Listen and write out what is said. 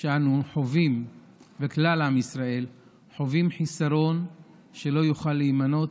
שאנו חווים וכלל עם ישראל חווים חיסרון שלא יוכל להימנות,